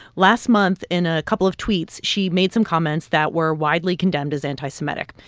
last month, in a couple of tweets, she made some comments that were widely condemned as anti-semitic.